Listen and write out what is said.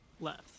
left